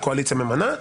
של קואליציה ממנה,